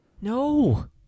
no